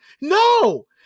No